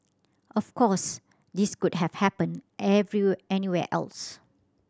of course this could have happened anywhere else